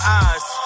eyes